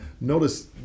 Notice